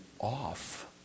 off